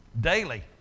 daily